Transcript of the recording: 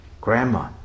Grandma